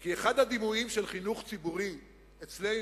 כי אחד הדימויים של חינוך ציבורי אצלנו,